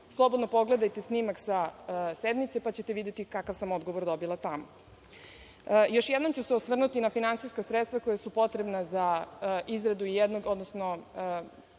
Slobodno pogledajte snimak sa sednice, pa ćete videti kakav sam odgovor dobila tamo. Još jednom ću se osvrnuti na finansijska sredstva koja su potrebna za izradu jednog, odnosno